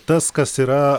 tas kas yra